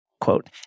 Quote